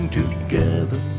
together